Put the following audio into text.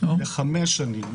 לחמש שנים,